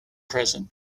present